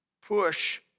push